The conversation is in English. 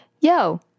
Yo